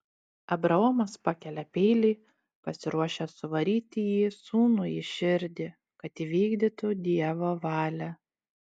abraomas pakelia peilį pasiruošęs suvaryti jį sūnui į širdį kad įvykdytų dievo valią